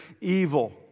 evil